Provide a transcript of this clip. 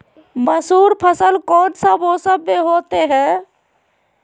मसूर फसल कौन सा मौसम में होते हैं?